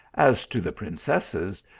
as to the princesses,